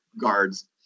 guards